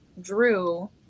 drew